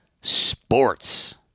sports